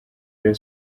rayon